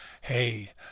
hey